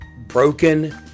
broken